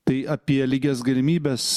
tai apie lygias galimybes